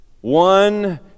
One